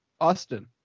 Austin